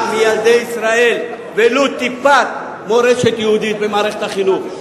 מילדי ישראל ולו טיפה מורשת יהודית במערכת החינוך.